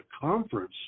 conference